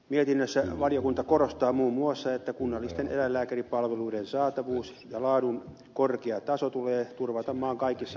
mietinnössä valiokunta korostaa muun muassa että kunnallisten eläinlääkäripalveluiden saatavuus ja laadun korkea taso tulee turvata maan kaikissa osissa